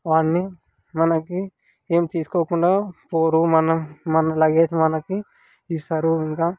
వాటిని మనకి ఏమి తీసుకోకుండా పోరు మన మన లగేజ్ మనకి ఇస్తారు ఇంకా